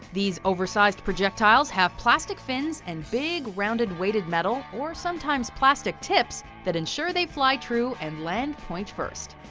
these oversized projectiles have plastic fins and big rounded waited metal, or sometimes plastic tips, that ensure they fly true and land point first.